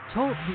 Talk